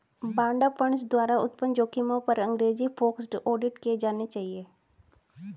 बाड़ा फंड्स द्वारा उत्पन्न जोखिमों पर अंग्रेजी फोकस्ड ऑडिट किए जाने चाहिए